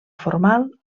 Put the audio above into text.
formal